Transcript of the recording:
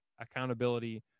Accountability